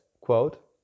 quote